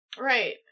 Right